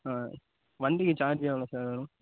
வண்டி சார்ஜ் எவ்வளோ சார் வரும்